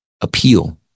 appeal